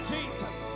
Jesus